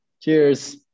Cheers